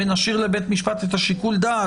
ונשאיר לבית המשפט את שיקול הדעת,